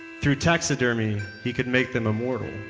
through taxidermy, he could make them immortal.